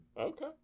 Okay